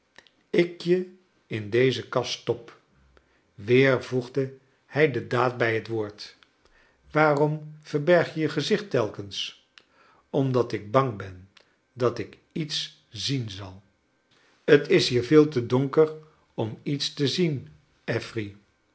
ik je in deze kast stop weer voegde hij de daad bij net woord waarorn verberg je je gezicht telkens omdat ik bang ben dat ik iets zien zal t is hier veei te donker om iets te zien affery